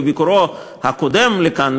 בביקורו הקודם כאן,